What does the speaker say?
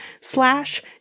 slash